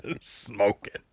smoking